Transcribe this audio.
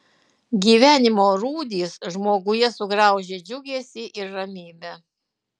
gyvenimo rūdys žmoguje sugraužia džiugesį ir ramybę